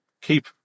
keep